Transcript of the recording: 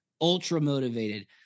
ultra-motivated